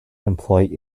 employ